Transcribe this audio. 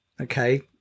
Okay